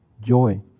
joy